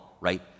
right